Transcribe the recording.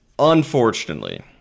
Unfortunately